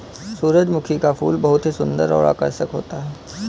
सुरजमुखी का फूल बहुत ही सुन्दर और आकर्षक होता है